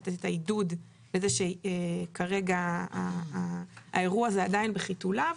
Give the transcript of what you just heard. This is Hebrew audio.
לתת את העידוד לזה שכרגע האירוע הזה עדיין בחיתוליו,